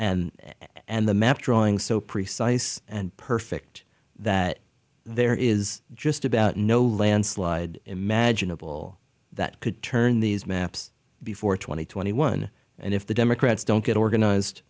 and and the map drawing so precise and perfect that there is just about no landslide imaginable that could turn these maps before two thousand and twenty one and if the democrats don't get organized